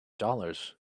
dollars